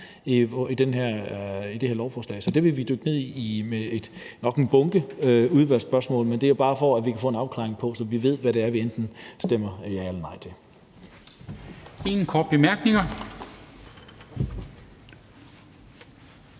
i det her lovforslag, så det vil vi dykke ned i med nok en bunke udvalgsspørgsmål, men det er bare, for at vi kan få en afklaring af det, så vi ved, hvad det er, vi stemmer enten ja eller nej til.